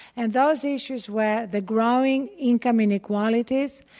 and those issues were the growing income inequalities,